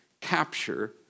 capture